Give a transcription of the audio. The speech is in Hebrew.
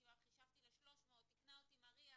237 וחישבתי ל-300, תיקנה אותי מריה.